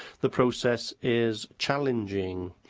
the process is challenging,